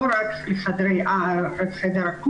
לא רק לחדר אקוטי,